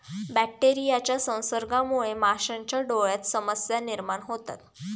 बॅक्टेरियाच्या संसर्गामुळे माशांच्या डोळ्यांत समस्या निर्माण होतात